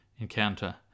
encounter